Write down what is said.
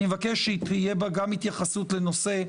אני מבקש שתהיה בה גם התייחסות לנושא של